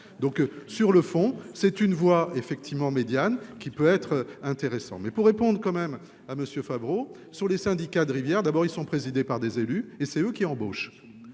donc sur le fond, c'est une voix effectivement médiane qui peut être intéressant mais pour répondre quand même ah monsieur Favreau sur les syndicats de rivière, d'abord ils sont présidées par des élus, et c'est eux qui embauchent,